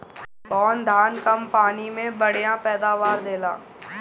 कौन धान कम पानी में बढ़या पैदावार देला?